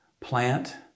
plant